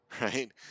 right